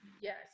yes